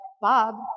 Bob